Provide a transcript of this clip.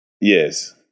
Yes